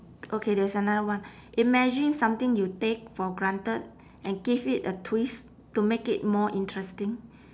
okay there's another one imagine something you take for granted and give it a twist to make it more interesting